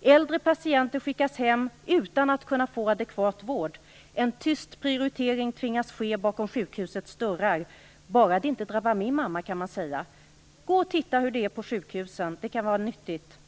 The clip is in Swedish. Äldre patienter skickas hem utan att kunna få adekvat vård - en tyst prioritering tvingas göras bakom sjukhusets dörrar. "Bara det inte drabbar min mamma", kan man säga. Gå och titta hur det är på sjukhusen! Det kan vara nyttigt.